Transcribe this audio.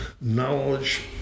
knowledge